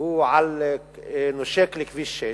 אליו נושק לכביש 6,